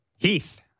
Heath